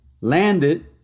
landed